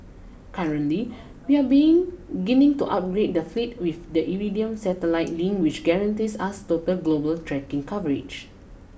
currently we are beginning to upgrade the fleet with the Iridium satellite link which guarantees us total global tracking coverage